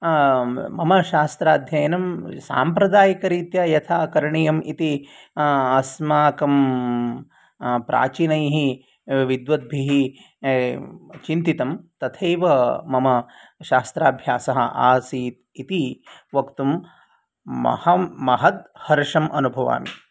मम शास्त्राध्ययनं साम्प्रदायिकरीत्या यथा करणीयम् इति अस्माकं प्राचीनैः विद्वद्भिः चिन्तितं तथैव मम शास्त्राभ्यासः आसीत् इति वक्तुम् महं महत् हर्षम् अनुभवामि